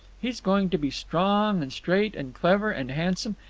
he's going to be strong and straight and clever and handsome,